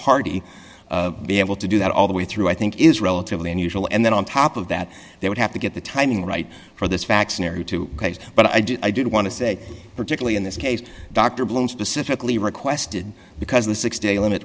party be able to do that all the way through i think is relatively unusual and then on top of that they would have to get the timing right for this vaccine or two but i did i did want to say particularly in this case dr blum specifically requested because the six day limit